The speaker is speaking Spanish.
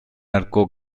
arco